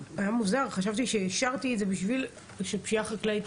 חשבתי שאישרתי את זה בשביל שפשיעה חקלאית